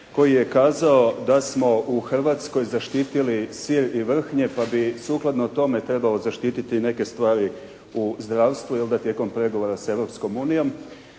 koji je kazao da smo u Hrvatskoj zaštitili sir i vrhnje pa bih sukladno tome trebalo zaštititi neke stvari u zdravstvu i onda tijekom pregovora sa Europskom unijom.